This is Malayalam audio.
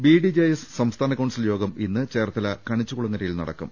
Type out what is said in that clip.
ബിഡിജെഎസ് സംസ്ഥാന കൌൺസിൽ യോഗം ഇന്ന് ചേർത്തല കണിച്ചുകുളങ്ങരയിൽ നടക്കും